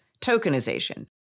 tokenization